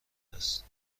است